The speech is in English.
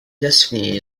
destiny